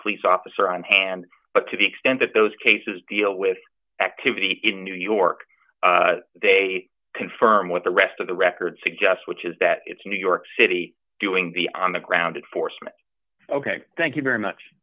police officer on hand but to the extent that those cases deal with activity in new york they confirm what the rest of the record suggests which is that it's new york city doing the on the ground and forcing it ok thank you very much